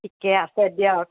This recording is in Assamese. ঠিকে আছে দিয়ক